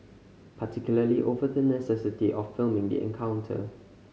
particularly over the necessity of filming the encounter